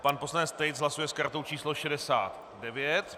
Pan poslanec Tejc hlasuje s kartou číslo 69.